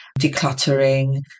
decluttering